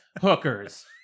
hookers